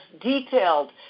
detailed